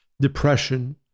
depression